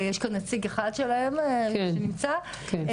יש כאן נציג אחד שלהם שנמצא --- כן, כן.